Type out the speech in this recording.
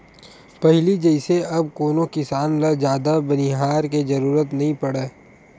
पहिली जइसे अब कोनो किसान ल जादा बनिहार के जरुरत नइ पड़य